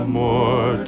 more